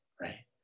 right